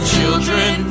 Children